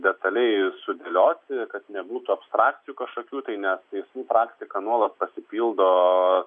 detaliai sudėlioti kad nebūtų apstrakcijų kažkokių tai nes teismų praktika nuolat pasipildo